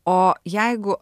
o jeigu